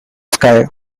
sky